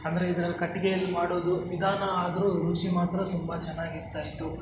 ಅಂದರೆ ಇದ್ರಲ್ಲಿ ಕಟ್ಟಿಗೆಯಲ್ಲಿ ಮಾಡೋದು ನಿಧಾನ ಆದರೂ ರುಚಿ ಮಾತ್ರ ತುಂಬ ಚೆನ್ನಾಗ್ ಇರ್ತಾ ಇತ್ತು